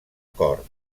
cor